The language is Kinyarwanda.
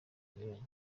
zinyuranye